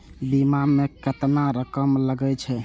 बीमा में केतना रकम लगे छै?